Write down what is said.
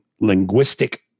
linguistic